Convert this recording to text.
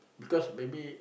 because maybe